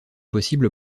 possibles